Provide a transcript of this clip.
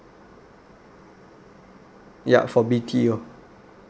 yup for B_T_O